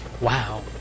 Wow